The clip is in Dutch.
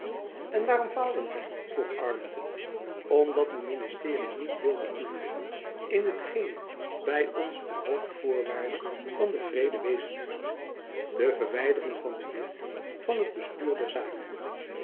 en waarom faalden zy vroeg arlington om dat uw ministerie niet wilde toegeven in hetgene by ons een hoofdvoorwaarde van den vrede wezen moest de verwijdering van de witt van het bestuur der zaken